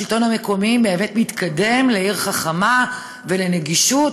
השלטון המקומי באמת מתקדם לעיר חכמה ולנגישות,